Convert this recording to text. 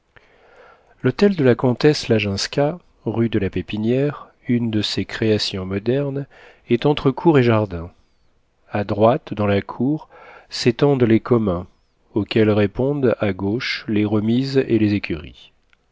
l'hôtel de la comtesse laginska rue de la pépinière une de ces créations modernes est entre cour et jardin a droite dans la cour s'étendent les communs auxquels répondent à gauche les remises et les écuries